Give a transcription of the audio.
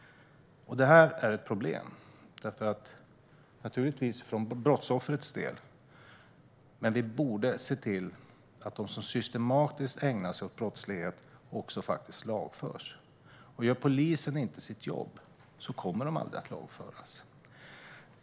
Det här är ett problem, naturligtvis också för brottsoffrets del. Vi borde se till att de som systematiskt ägnar sig åt brottslighet lagförs. Men gör polisen inte sitt jobb kommer de aldrig att lagföras.